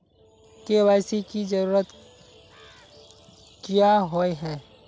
KYC की जरूरत क्याँ होय है?